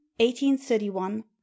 1831